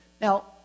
Now